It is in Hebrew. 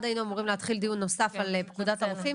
היינו אמורי להתחיל דיון נוסף על פקודת הרופאים.